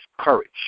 courage